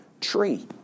tree